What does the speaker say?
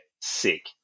sick